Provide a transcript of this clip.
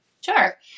sure